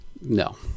No